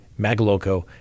Magaloco